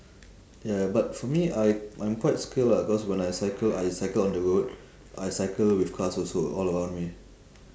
ya ya but for me I I'm quite secure lah cause when I cycle I cycle on the road I cycle with cars also all around me